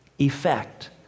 effect